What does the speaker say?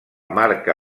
marca